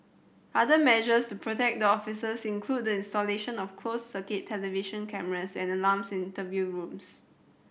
other measures to protect the officers include the installation of closed circuit television cameras and alarms in the interview rooms